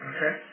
Okay